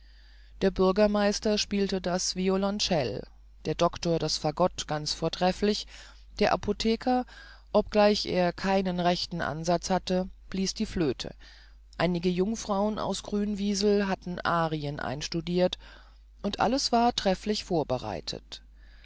der bürgermeister spielte das violoncell der doktor das fagott ganz vortrefflich der apotheker obgleich er keinen rechten ansatz hatte blies die flöte einige jungfrauen aus grünwiesel hatten arien einstudiert und alles war trefflich vorbereitet